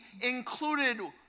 included